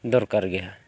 ᱫᱚᱨᱠᱟᱨ ᱜᱮᱭᱟ